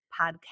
Podcast